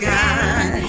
God